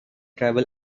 travel